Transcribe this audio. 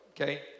Okay